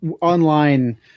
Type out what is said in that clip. online